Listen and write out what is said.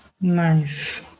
Nice